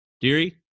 Deary